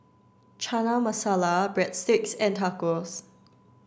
Chana Masala Breadsticks and Tacos